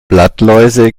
blattläuse